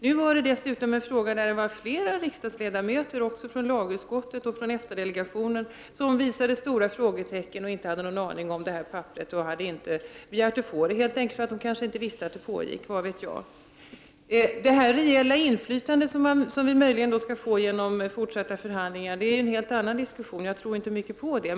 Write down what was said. Nu gällde det dessutom en fråga där flera riksdagsledamöter, även från lagutskottet och EFTA-delegationen, visade stor undran och inte hade någon aning om detta papper. De hade inte begärt att få papperet eftersom de inte visste om dess existens. Det reella inflytande som Sverige skall få efter fortsatta förhandlingar är en helt annan sak. Jag tror inte mycket på det.